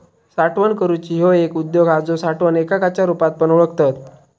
साठवण करूची ह्यो एक उद्योग हा जो साठवण एककाच्या रुपात पण ओळखतत